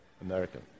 American